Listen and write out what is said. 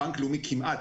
בנק לאומי כמעט,